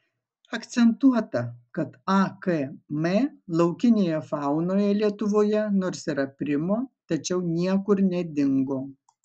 akcentuota kad akm laukinėje faunoje lietuvoje nors ir aprimo tačiau niekur nedingo